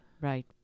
right